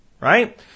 Right